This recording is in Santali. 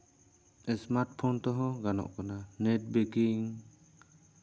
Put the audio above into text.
ᱤᱥᱢᱟᱨᱴ ᱯᱷᱳᱱ ᱛᱮᱦᱚᱸ ᱜᱟᱱᱚᱜ ᱠᱟᱱᱟ ᱱᱮᱴ ᱵᱮᱠᱤᱝ